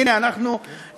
הנה, אנחנו חוגגים